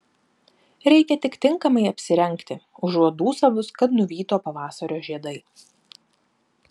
reikia tik tinkamai apsirengti užuot dūsavus kad nuvyto pavasario žiedai